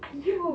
!aiyo!